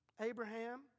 Abraham